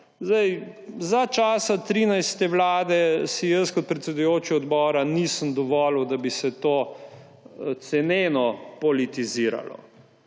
vladah, za časa 13. vlade si jaz kot predsedujoči odbora nisem dovolil, da bi se to ceneno politiziralo.